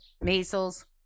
measles